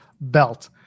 belt